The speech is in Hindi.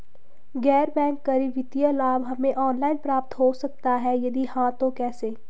गैर बैंक करी वित्तीय लाभ हमें ऑनलाइन प्राप्त हो सकता है यदि हाँ तो कैसे?